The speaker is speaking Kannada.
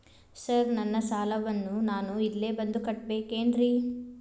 ಸರ್ ನನ್ನ ಸಾಲವನ್ನು ನಾನು ಇಲ್ಲೇ ಬಂದು ಕಟ್ಟಬೇಕೇನ್ರಿ?